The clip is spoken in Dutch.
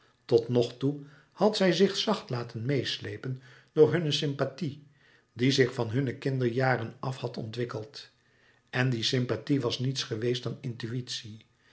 totnogtoe had zij zich zacht laten meêsleepen door hunne sympathie die zich van hunne kinderjaren af had ontwikkeld en die sympathie was niets geweest dan intuïtie